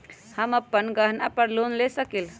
हम अपन गहना पर लोन ले सकील?